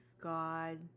god